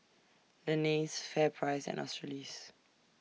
Lenas FairPrice and Australis